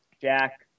Jack